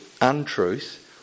untruth